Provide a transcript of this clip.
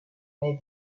nei